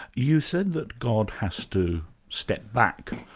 you said that god has to step back,